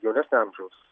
jaunesnio amžiaus